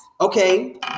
Okay